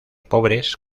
pobres